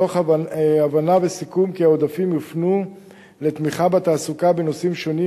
תוך הבנה וסיכום כי העודפים יופנו לתמיכה בתעסוקה בנושאים שונים,